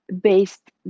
based